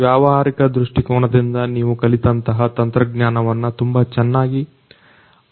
ವ್ಯಾವಹಾರಿಕ ದೃಷ್ಟಿಕೋನದಿಂದ ನೀವು ಕಲಿತಂತಹ ತಂತ್ರಜ್ಞಾನವನ್ನ ತುಂಬಾ ಚೆನ್ನಾಗಿ ಅಳವಡಿಸಿಕೊಳ್ಳಲಾಗಿದೆ